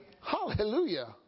Hallelujah